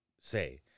say